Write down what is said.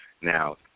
Now